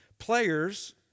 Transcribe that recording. Players